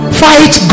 fight